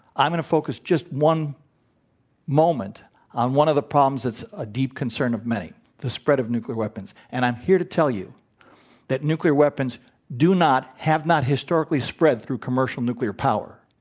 i'm going to focus just one moment on one of the problems that's a deep concern of many the spread of nuclear weapons. and i'm here to tell you that nuclear weapons do not have not historically spread through commercial nuclear power.